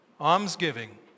almsgiving